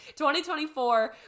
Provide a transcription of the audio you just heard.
2024